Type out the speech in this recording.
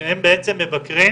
שהם בעצם מבקרים